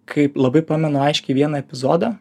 kaip labai pamenu aiškiai vieną epizodą